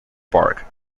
park